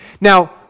Now